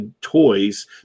toys